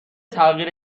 تغییر